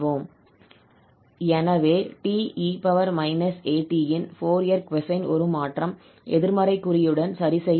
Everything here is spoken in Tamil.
எனவே 𝑡𝑒−𝑎𝑡 இன் ஃபோரியர் கொசைன் உருமாற்றம் எதிர்மறை குறியுடன் சரிசெய்யப்பட்டது